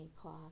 cloth